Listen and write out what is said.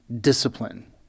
discipline